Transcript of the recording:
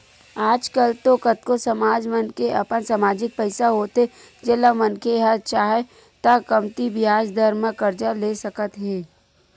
आज कल तो कतको समाज मन के अपन समाजिक पइसा होथे जेन ल मनखे ह चाहय त कमती बियाज दर म करजा ले सकत हे